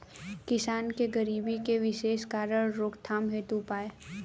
किसान के गरीबी के विशेष कारण रोकथाम हेतु उपाय?